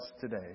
today